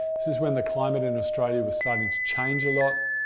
this is when the climate in australia was starting to change a lot,